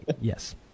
Yes